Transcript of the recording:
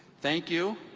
thank you.